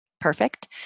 Perfect